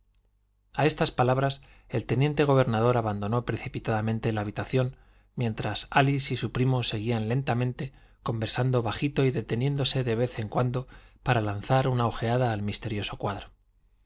a estas palabras el teniente gobernador abandonó precipitadamente la habitación mientras álice y su primo seguían lentamente conversando bajito y deteniéndose de vez en cuando para lanzar una ojeada al misterioso cuadro